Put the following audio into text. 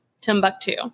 Timbuktu